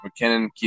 McKinnon